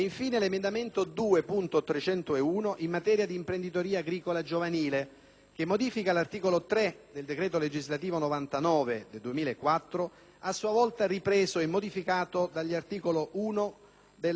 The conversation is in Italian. che modifica l'articolo 3 del decreto legislativo n. 99 del 2004, a sua volta ripreso e modificato dall'articolo 1 della legge finanziaria del 2007, commi 1.068 e 1.074.